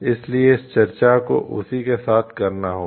इसलिए इस चर्चा को उसी के साथ करना होगा